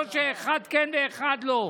לא שאחד כן ואחד לא.